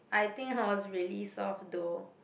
I think I was really soft though